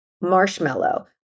marshmallow